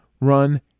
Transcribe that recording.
run